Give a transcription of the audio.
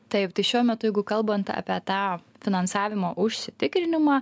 taip tai šiuo metu jeigu kalbant apie tą finansavimo užsitikrinimą